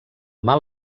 mal